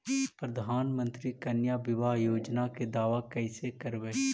प्रधानमंत्री कन्या बिबाह योजना के दाबा कैसे करबै?